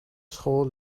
school